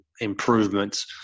improvements